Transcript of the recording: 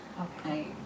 Okay